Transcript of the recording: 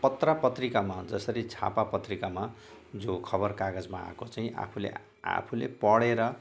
पत्र पत्रिकामा जसरी छापा पत्रिकामा जो खबर कागजमा आएको चाहिँ आफूले आफूले पढेर